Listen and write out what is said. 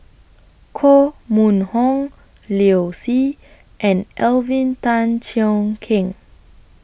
Koh Mun Hong Liu Si and Alvin Tan Cheong Kheng